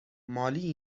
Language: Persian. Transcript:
مالی